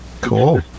Cool